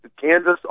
Kansas